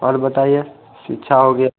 और बताइए शिक्षा हो गया